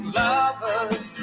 lovers